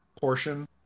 portion